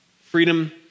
Freedom